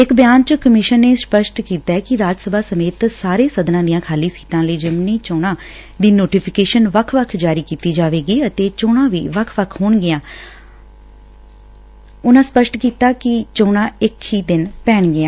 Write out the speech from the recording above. ਇਕ ਬਿਆਨ ਚ ਕਮਿਸ਼ਨ ਨੇ ਸਪੱਸ਼ਟ ਕੀਤੈ ਕਿ ਰਾਜ ਸਭਾ ਸਮੇਤ ਸਾਰੇ ਸਦਨਾ ਦੀਆਂ ਖਾਲੀ ਸੀਟਾਂ ਲਈ ਜ਼ਿਮਨੀ ਚੋਣਾਂ ਦੀ ਨੋਟੀਫੀਕੇਸ਼ਨ ਵੱਖ ਵੱਖ ਜਾਰੀ ਕੀਤੀ ਜਾਏਗੀ ਅਤੇ ਚੋਣਾਂ ਵੀ ਵੱਖ ਵੱਖ ਹੋਣਗੀਆਂ ਪਰ ਇਕੋ ਦਿਨ ਪੈਣਗੀਆਂ